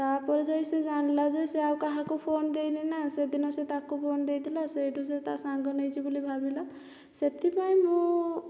ତାପରେ ଯାଇ ସିଏ ଜାଣିଲା ଯେ ସିଏ ଆଉ କାହାକୁ ଫୋନ ଦେଇନି ନା ସେଦିନ ସେ ତାକୁ ଫୋନ ଦେଇଥିଲା ସେଇଠୁ ସିଏ ତା ସାଙ୍ଗ ନେଇଛି ବୋଲି ଭାବିଲା ସେଥିପାଇଁ ମୁଁ